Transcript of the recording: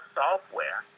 software